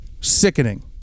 Sickening